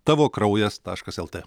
tavo kraujas taškas lt